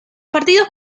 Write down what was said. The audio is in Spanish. partidos